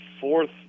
fourth